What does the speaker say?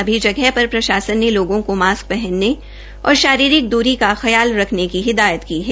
सभी जगह पर प्रशासन ने लोगों को मास्क पहनने और शारीरिक दरी का ख्याल रखने की हिदायत की है